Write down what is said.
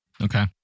Okay